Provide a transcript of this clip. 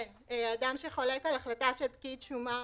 אדם שחולק על החלטה של פקיד שומה,